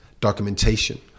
documentation